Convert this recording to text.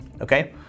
okay